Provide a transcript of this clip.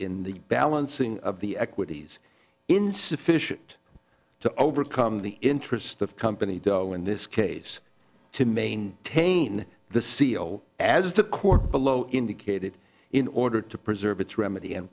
in the balancing of the equities insufficient to overcome the interests of company doe in this case to maintain the seal as the court below indicated in order to preserve its remedy